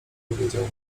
powiedział